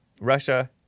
Russia